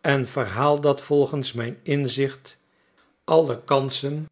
en verhaal dat volgens mijn inzicht alle kansen